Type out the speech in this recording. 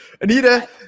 Anita